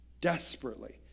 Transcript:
Desperately